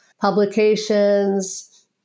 publications